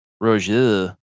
Roger